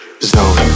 ZONE